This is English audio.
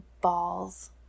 balls